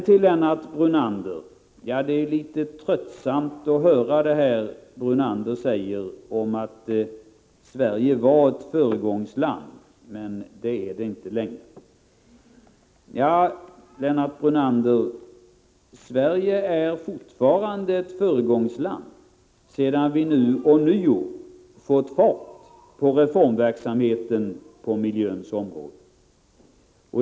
Till Lennart Brunander vill jag säga att det är litet tröttsamt att höra honom säga att Sverige var ett föregångsland men inte längre är det. Sverige är fortfarande ett föregångsland, sedan vi nu ånyo fått fart på reformverksamheten på miljöns område.